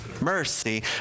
mercy